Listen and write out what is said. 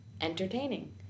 entertaining